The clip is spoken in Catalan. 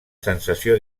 sensació